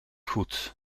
goed